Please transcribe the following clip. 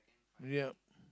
yup